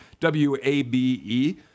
WABE